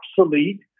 obsolete